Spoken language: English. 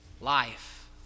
life